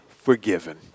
forgiven